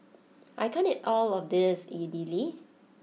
I can't eat all of this Idili